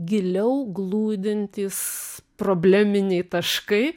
giliau glūdintys probleminiai taškai